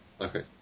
Okay